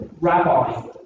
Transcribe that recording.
Rabbi